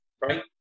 right